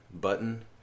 button